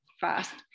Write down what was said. fast